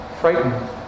Frightened